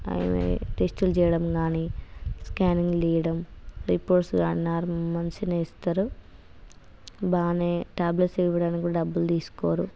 టెస్టులు చేయడం కానీ స్కానింగులు తీయడం రిపోర్ట్స్ కానీ మంచిగానే ఇస్తారు బానే ట్యాబ్లెట్స్ ఇవ్వడానికి కూడా డబ్బులు తీసుకోరు